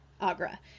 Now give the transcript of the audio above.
agra